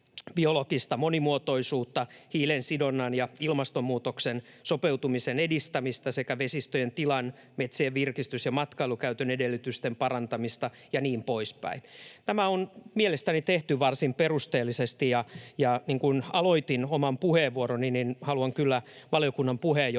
biologista monimuotoisuutta, hiilensidonnan ja ilmastonmuutokseen sopeutumisen edistämistä sekä vesistöjen tilan, metsien virkistys- ja matkailukäytön edellytysten parantamista ja niin poispäin. Tämä on mielestäni tehty varsin perusteellisesti, ja niin kuin aloitin oman puheenvuoroni, haluan kyllä valiokunnan puheenjohtajaa,